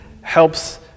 helps